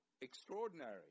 Extraordinary